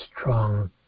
strong